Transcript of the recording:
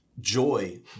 joy